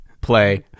play